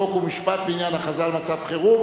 חוק ומשפט להיענות לבקשת הממשלה לחזור ולהכריז על מצב חירום